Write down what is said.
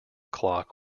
clock